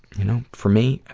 you know, for me,